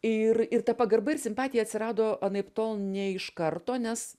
ir ir ta pagarba ir simpatija atsirado anaiptol ne iš karto nes